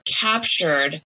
captured